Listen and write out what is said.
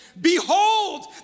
Behold